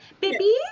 baby